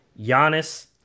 Giannis